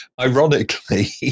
ironically